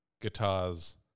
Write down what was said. guitars